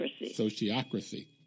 Sociocracy